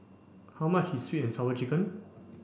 how much is sweet and sour chicken